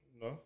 No